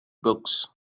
books